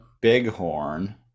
Bighorn